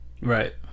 Right